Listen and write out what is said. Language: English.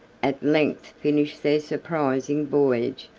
at length finished their surprising voyage,